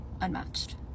unmatched